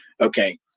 okay